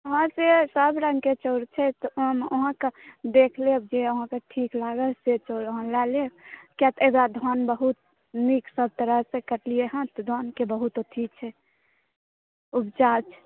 हॅं से सभ रङ्गके चाउर छै तऽ हम अहाँके देख लेब जे अहाँके ठीक लागत से चाउर अहाँ लय लेब किएकि एहिबेर धान बहुत नीकसँ ताहि दुआरे कटलियै हँ चाउरके बहुत एथी छै उपजा छै